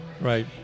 Right